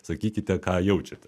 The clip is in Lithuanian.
sakykite ką jaučiate